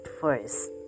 first